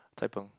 Cai-Peng